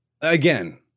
Again